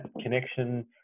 connection